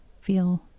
feel